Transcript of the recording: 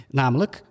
namelijk